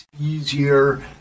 easier